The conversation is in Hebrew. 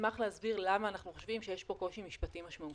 אשמח להסביר למה אנחנו חושבים שיש פה קושי משפטי משמעותי.